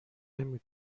نمی